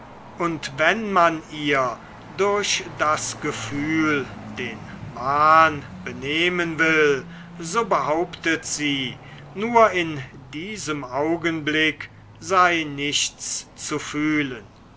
und wenn man ihr durch das gefühl den wahn benehmen will so behauptet sie nur in diesem augenblick sei nichts zu fühlen